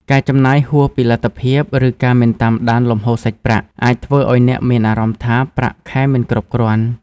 ការចំណាយហួសពីលទ្ធភាព ឬការមិនតាមដានលំហូរសាច់ប្រាក់ អាចធ្វើឲ្យអ្នកមានអារម្មណ៍ថាប្រាក់ខែមិនគ្រប់គ្រាន់។